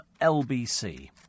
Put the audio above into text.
LBC